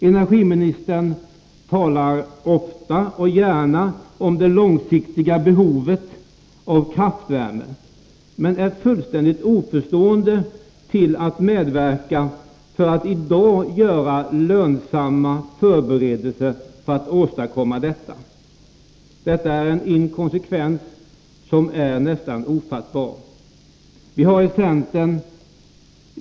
Energiministern talar ofta och gärna om det långsiktiga behovet av kraftvärme, men är fullständigt oförstående när det gäller att medverka till att i dag göra lönsamma förberedelser för att tillgodose detta behov. Det är en inkonsekvens som är nästan ofattbar.